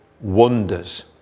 wonders